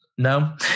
No